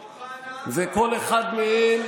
אוחנה,